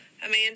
Amanda